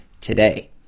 today